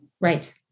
right